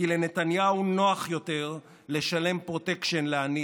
לשר התחבורה.